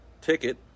ticket